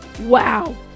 wow